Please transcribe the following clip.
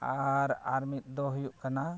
ᱟᱨ ᱟᱨ ᱢᱤᱫ ᱫᱚ ᱦᱩᱭᱩᱜ ᱠᱟᱱᱟ